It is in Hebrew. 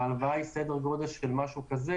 והלוואה היא סדר גודל של משהו כזה.